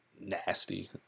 nasty